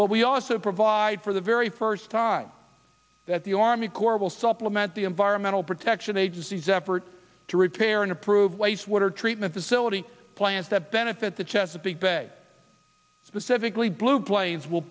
but we also provide for the very first time that the army corps will supplement the environmental protection agency's effort to repair and improve wastewater treatment facility plans that benefit the chesapeake bay specifically blue plains will